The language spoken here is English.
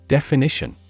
Definition